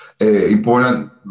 important